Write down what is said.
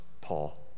Paul